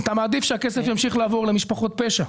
אתה מעדיף שהכסף ימשיך לעבור למשפחות פשע?